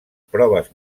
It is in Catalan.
proves